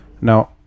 Now